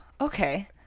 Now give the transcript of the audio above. okay